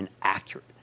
inaccurate